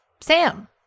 Sam